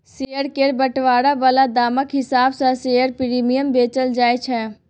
share केर बंटवारा बला दामक हिसाब सँ शेयर प्रीमियम बेचल जाय छै